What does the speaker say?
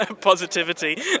positivity